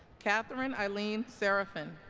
katherine aline serafin